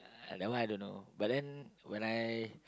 that one I don't know but then when I